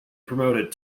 promoted